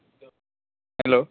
hello